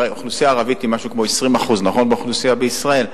הרי האוכלוסייה הערבית היא כ-20% באוכלוסייה בישראל,